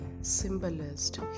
Symbolist